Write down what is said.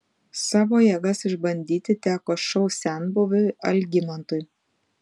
savo jėgas išbandyti teko šou senbuviui algimantui